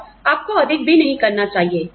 और आपको अधिक भी नहीं करना चाहिए